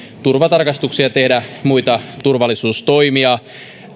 turvatarkastuksia ja tehdä muita turvallisuustoimia